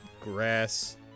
grass